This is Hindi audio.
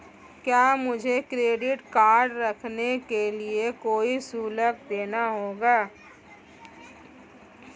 क्या मुझे क्रेडिट कार्ड रखने के लिए कोई शुल्क देना होगा?